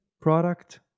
product